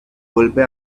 vuelve